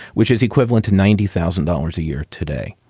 which is equivalent to ninety thousand dollars a year today.